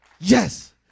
yes